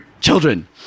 children